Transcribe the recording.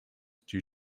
due